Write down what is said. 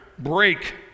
break